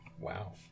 Wow